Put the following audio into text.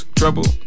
trouble